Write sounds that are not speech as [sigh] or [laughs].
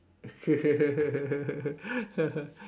[laughs]